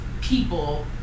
people